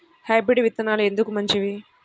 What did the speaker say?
Hybrid విత్తనాలు ఎందుకు మంచివి?